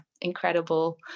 incredible